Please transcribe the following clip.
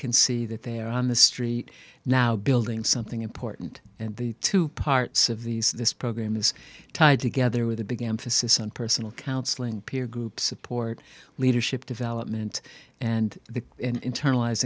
can see that they are on the street now building something important and the two parts of these this program is tied together with a big emphasis on personal counseling peer group support leadership development and the internaliz